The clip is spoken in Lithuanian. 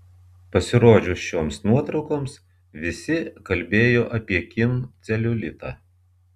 pasirodžius šioms nuotraukoms visi kalbėjo apie kim celiulitą